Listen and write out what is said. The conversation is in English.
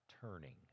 turning